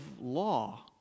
law